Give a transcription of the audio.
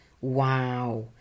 Wow